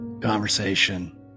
conversation